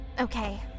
Okay